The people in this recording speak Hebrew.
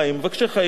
מבקשי חיים?